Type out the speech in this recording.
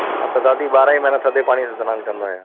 मां त दादी ॿारहां ई महिना थधे पाणीअ सां सनानु कंदो आहियां